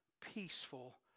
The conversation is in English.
peaceful